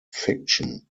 fiction